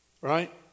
Right